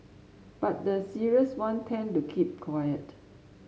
but the serious one tend to keep quiet